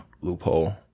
loophole